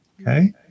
okay